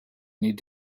need